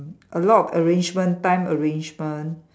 a lot of arrangement time arrangement